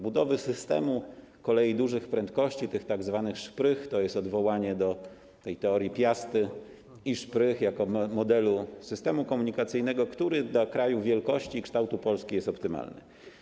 Budowa systemu kolei dużych prędkości, tych tzw. szprych, to jest odwołanie do teorii piasty i szprych jako modelu systemu komunikacyjnego, który dla kraju wielkości i kształtu Polski jest optymalny.